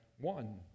one